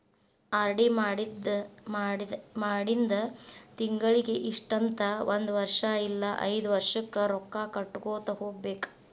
RD ಮಾಡಿಂದ ತಿಂಗಳಿಗಿ ಇಷ್ಟಂತ ಒಂದ್ ವರ್ಷ್ ಇಲ್ಲಾ ಐದ್ ವರ್ಷಕ್ಕ ರೊಕ್ಕಾ ಕಟ್ಟಗೋತ ಹೋಗ್ಬೇಕ್